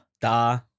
da